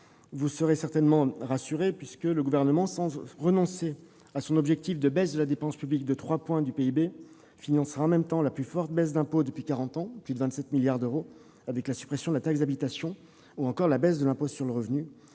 vous serez certainement rassurés. En effet, le Gouvernement, sans renoncer à son objectif de baisse de la dépense publique de 3 points de PIB, financera en même temps la plus forte réduction d'impôts depuis quarante ans- plus de 27 milliards d'euros, avec la suppression de la taxe d'habitation ou encore la baisse de l'impôt sur le revenu